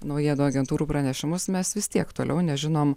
naujienų agentūrų pranešimus mes vis tiek toliau nežinom